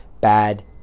bad